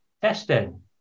testing